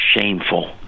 shameful